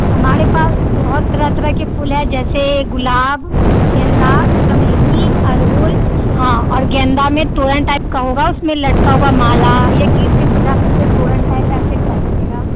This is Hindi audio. हमारे पास बहुत तरह तरह के फूल हैं जैसे गुलाब गेंदा चमेली अड़हुल हाँ और गेंदा में तोरण टाइप का होगा उसमें लटका हुआ माला ये गेट पे सजा सकते हैं तोरण टाइप ऐसे टाइप मिलेगा